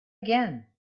again